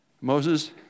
Moses